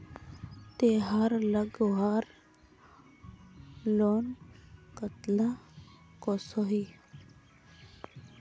तेहार लगवार लोन कतला कसोही?